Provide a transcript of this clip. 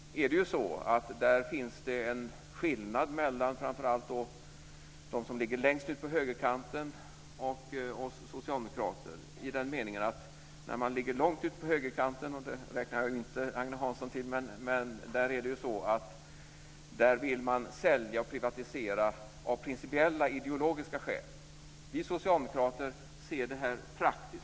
Där finns det en skillnad mellan dem som ligger längst ut på högerkanten och oss socialdemokrater. De som ligger långt ut på högerkanten - och dit räknar jag inte Agne Hansson - vill sälja och privatisera av principiella ideologiska skäl. Vi socialdemokrater ser det här praktiskt.